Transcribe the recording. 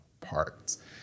parts